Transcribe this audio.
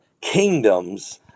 kingdoms